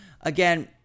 again